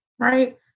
Right